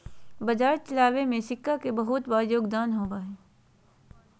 बाजार चलावे में सिक्का के बहुत बार योगदान होबा हई